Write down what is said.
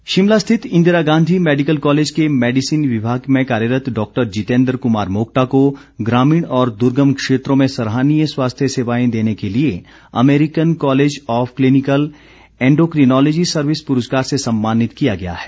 सम्मान शिमला स्थित Indira Gandhi medical college के मेडिसिन विभाग में कार्यरत डाक्टर जितेंद्र क्मार मोक्टा को ग्रामीण और दुगर्म क्षेत्रों में सराहनीय स्वास्थ्य सेवाएं देने के लिए American college of clinical endocrinology service पुरस्कार से सम्मानित किया गया है